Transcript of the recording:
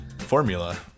formula